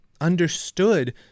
understood